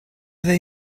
they